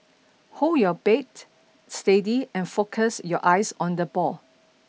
hold your bait steady and focus your eyes on the ball